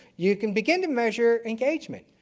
you can begin to measure engagement.